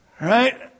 right